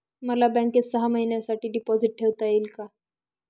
मला बँकेत सहा महिन्यांसाठी डिपॉझिट ठेवता येईल का?